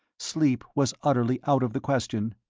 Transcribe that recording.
sleep was utterly out of the question.